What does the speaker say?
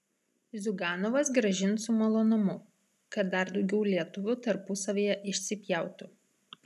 ziuganovas grąžins su malonumu kad dar daugiau lietuvių tarpusavyje išsipjautų